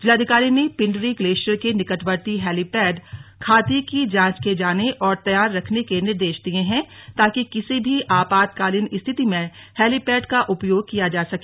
जिलाधिकारी ने पिण्डरी ग्लेशियर के निकटवर्ती हैलीपैड खाती की जांच किये जाने और तैयार रखने के निर्देश दिये हैं ताकि किसी भी आपातकालीन स्थिति मैं हेलीपैड का उपयोग किया जा सके